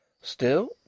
Still